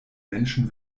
menschen